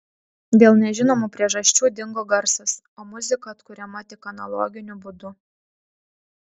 dėl nežinomų priežasčių dingo garsas o muzika atkuriama tik analoginiu būdu